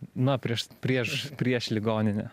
na prieš prieš prieš ligoninę